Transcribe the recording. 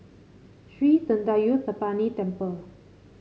Sri Thendayuthapani Temple